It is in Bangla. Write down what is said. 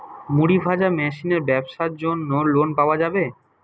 মুড়ি ভাজা মেশিনের ব্যাবসার জন্য লোন পাওয়া যাবে?